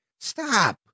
Stop